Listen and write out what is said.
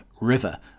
River